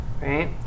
right